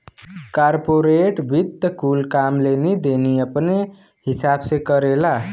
corporate वित्त कुल काम लेनी देनी अपने हिसाब से करेला